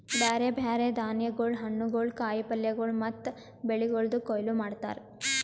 ಬ್ಯಾರೆ ಬ್ಯಾರೆ ಧಾನ್ಯಗೊಳ್, ಹಣ್ಣುಗೊಳ್, ಕಾಯಿ ಪಲ್ಯಗೊಳ್ ಮತ್ತ ಬೆಳಿಗೊಳ್ದು ಕೊಯ್ಲಿ ಮಾಡ್ತಾರ್